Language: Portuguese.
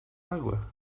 água